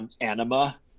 Anima